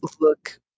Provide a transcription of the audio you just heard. look